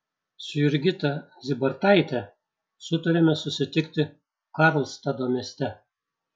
su jurgita zybartaite sutarėme susitikti karlstado mieste